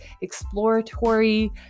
exploratory